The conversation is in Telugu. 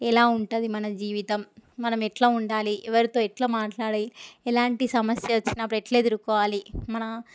ఎలా ఉంటుంది మన జీవితం మనం ఎట్లా ఉండాలి ఎవరితో ఎట్లా మాట్లాడి ఎలాంటి సమస్య వచ్చినప్పుడు ఎట్లా ఎదురుకోవాలి మన